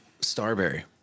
Starberry